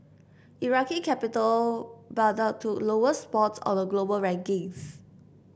Iraqi capital Baghdad took lowest spot on the global rankings